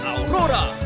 Aurora